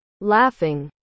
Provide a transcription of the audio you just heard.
Laughing